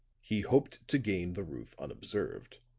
he hoped to gain the roof unobserved.